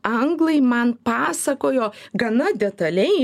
anglai man pasakojo gana detaliai